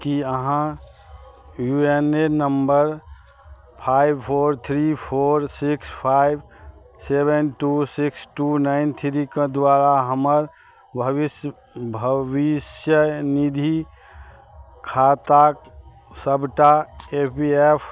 कि अहाँ U A N number five four three four six five seven two six two nine थ्रीके द्वारा हमर भविष्य भविष्यनिधि खाताके सबटा ए पी एफ